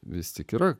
vis tik yra